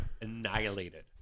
annihilated